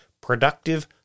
Productive